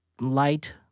light